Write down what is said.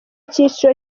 cyiciro